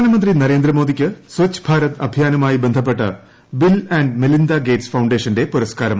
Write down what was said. പ്രധാനമന്ത്രി നരേന്ദ്രമോദിക്ക് സ്ച്ച് ഭാരത് അഭിയാനുമായി ബന്ധപ്പെട്ട് ബിൽ ആന്റ് മെല്ലിന്ദാഗേറ്റ്സ് ഫൌണ്ടേഷന്റെ പുരസ്ക്കാരം